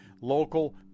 local